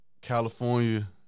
California